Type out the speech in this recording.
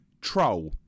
Troll